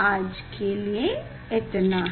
आज के लिए इतना ही